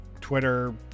Twitter